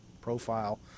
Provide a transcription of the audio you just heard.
profile